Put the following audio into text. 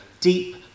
deep